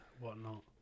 whatnot